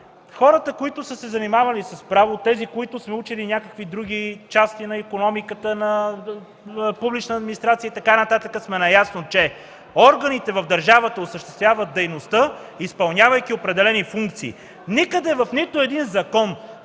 хората, които са се занимавали с право, тези, които сме учили някакви други части на икономиката, публична администрация и така нататък сме наясно, че органите в държавата осъществяват дейността, изпълнявайки определени функции. Никъде, в нито един закон,